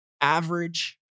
average